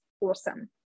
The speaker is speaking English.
awesome